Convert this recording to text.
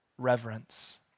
Reverence